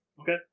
Okay